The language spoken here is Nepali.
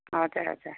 हजुर हजुर